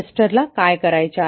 tester ला काय करायचे आहे